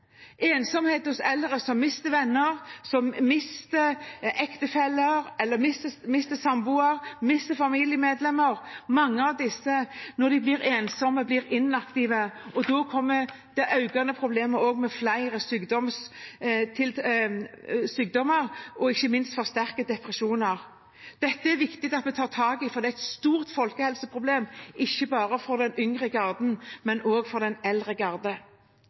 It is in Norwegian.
ensomhet hos eldre som mister venner, ektefelle, samboer eller familiemedlemmer. Mange av disse blir inaktive når de blir ensomme, og da kommer også problemet med flere sykdommer og ikke minst forsterkede depresjoner. Dette er det viktig at vi tar tak i, for det er et stort folkehelseproblem, ikke bare for den yngre garde, men også for den eldre garde.